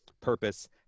purpose